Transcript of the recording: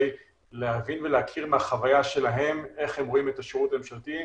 להבין ולהכיר מהחוויה שלהם איך הם רואים את השירות הממשלתי.